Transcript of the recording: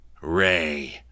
ray